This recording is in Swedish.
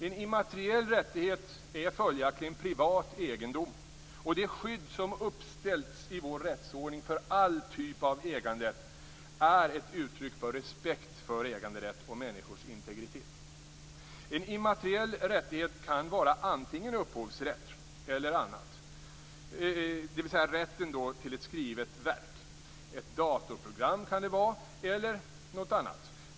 En immateriell rättighet är följaktligen privat egendom, och det skydd som uppställts i vår rättsordning för all typ av äganderätt är ett uttryck för respekt för äganderätten och människors integritet. En immateriell rättighet kan vara upphovsrätt, dvs. rätten till ett skrivet verk. Det kan vara ett datorprogram eller något annat.